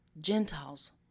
Gentiles